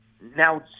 now